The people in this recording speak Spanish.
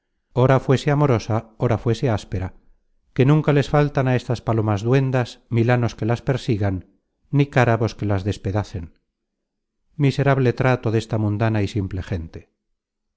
ora fuese amorosa ora fuese áspera que nunca les faltan á estas palomas duendas milanos que las persigan ni carabos que las despedacen miserable trato desta mundana y simple gente